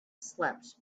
slept